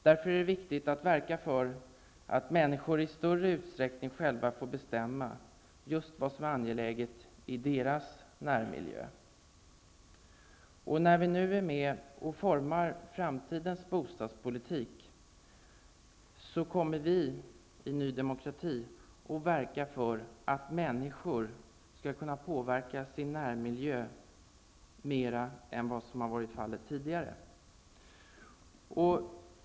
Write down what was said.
Därför är det viktigt att verka för att människor i större utsträckning själva får bestämma just vad som är angeläget i deras närmiljö. När vi nu är med och formar framtidens bostadspolitik kommer Ny demokrati att arbeta för att människor skall kunna påverka sin närmiljö mera än vad som har varit fallet tidigare.